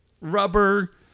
rubber